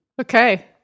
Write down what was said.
Okay